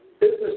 business